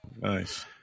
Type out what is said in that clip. nice